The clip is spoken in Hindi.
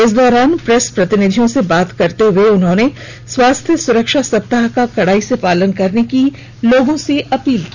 इस दौरान प्रेस प्रतिनिधियों से बात करते हुए उन्होंने स्वास्थ्य सुरक्षा सप्ताह का कड़ाई से पालन करने की लोगों से अपील की